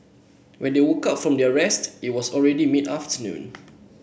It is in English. when they woke up from their rest it was already mid afternoon